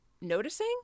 noticing